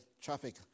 traffic